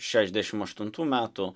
šešiasdešimt aštuntų metų